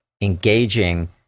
engaging